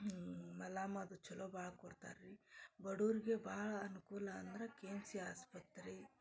ಮಲಾಮು ಅದು ಚಲೋ ಭಾಳ ಕೊಡ್ತಾರ್ರೀ ಬಡುರ್ಗೆ ಭಾಳ ಅನುಕೂಲ ಅಂದರೆ ಕೆ ಎಮ್ ಸಿ ಆಸ್ಪತ್ರೆ